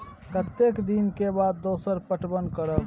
कतेक दिन के बाद दोसर पटवन करब?